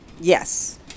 yes